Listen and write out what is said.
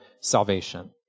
Salvation